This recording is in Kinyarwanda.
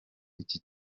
iki